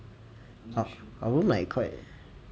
I I won't like call it